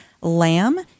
Lamb